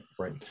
right